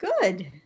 good